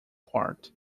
part